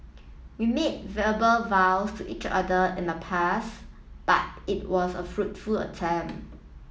we made verbal vows to each other in the past but it was a foot full attempt